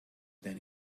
then